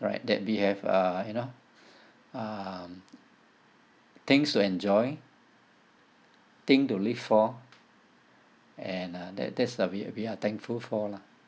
right that we have uh you know um things to enjoy thing to live for and uh that that's we we're thankful for lah